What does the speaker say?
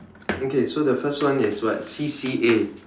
okay so the first one is what C_C_A